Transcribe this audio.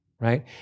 right